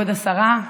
כבוד השרה,